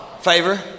Favor